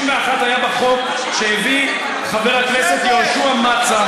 61 היה בחוק שהביא חבר הכנסת יהושע מצא,